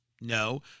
No